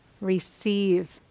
Receive